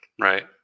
Right